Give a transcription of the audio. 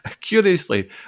curiously